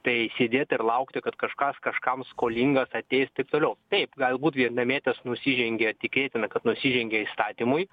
tai sėdėt ir laukti kad kažkas kažkam skolingas ateis taip toliau taip galbūt vietnamietės nusižengė tikėtina kad nusižengė įstatymui